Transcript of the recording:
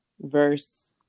verse